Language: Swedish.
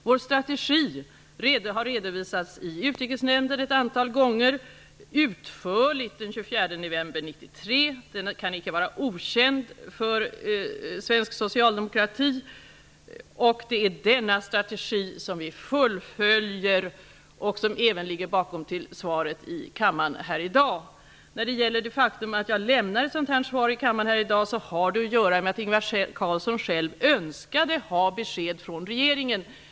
Vår strategi har redovisats i Utrikesnämnden ett antal gånger, bl.a. utförligt den 24 november 1993. Det kan icke vara okänt för svensk socialdemokrati. Det är denna strategi som vi fullföljer och som även ligger bakom svaret i kammaren i dag. När det gäller det faktum att jag lämnar ett sådant här svar i kammaren i dag, har det att göra med att Ingvar Carlsson själv önskade få besked från regeringen.